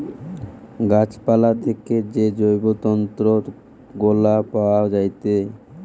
গাছ পালা থেকে যে জৈব তন্তু গুলা পায়া যায়েটে